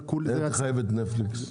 איך נחייב את נטפליקס?